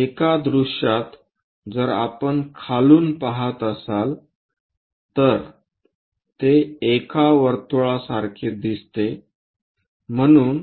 एका दृश्यात जर आपण खालून पहात असाल तर ते एका वर्तुळासारखे दिसते म्हणून